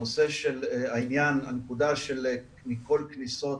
הנקודה של מכל כניסה